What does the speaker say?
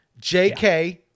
jk